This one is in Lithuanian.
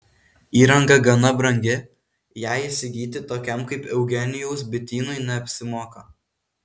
įranga gana brangi ją įsigyti tokiam kaip eugenijaus bitynui neapsimoka